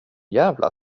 jävla